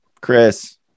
Chris